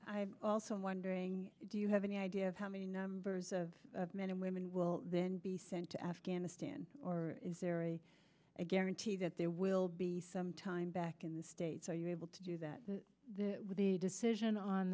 i also am wondering do you have any idea of how many numbers of men and women will then be sent to afghanistan or is there a a guarantee that there will be some time back in the states are you able to do that with the decision on